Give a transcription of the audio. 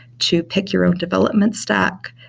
to pick your own development stack,